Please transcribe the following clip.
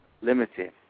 limited